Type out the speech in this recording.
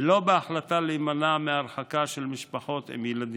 ולא בהחלטה להימנע מההרחקה של משפחות עם ילדים.